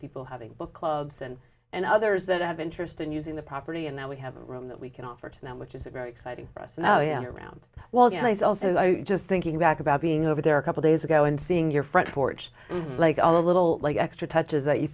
people having book clubs and and others that have interest in using the property and that we have a room that we can offer to them which is a very exciting for us and i am around well you know i was also just thinking back about being over there a couple days ago and seeing your front porch like a little like extra touches that you